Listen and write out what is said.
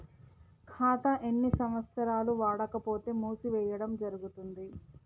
ఖాతా ఎన్ని సంవత్సరాలు వాడకపోతే మూసివేయడం జరుగుతుంది?